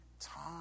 time